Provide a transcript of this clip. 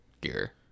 gear